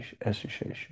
association